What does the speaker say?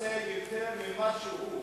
הנושא יותר ממה שהוא.